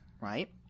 right